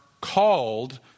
called